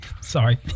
Sorry